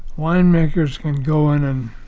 winemakers can go in and